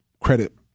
credit